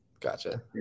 Gotcha